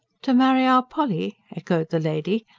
to marry our polly? echoed the lady,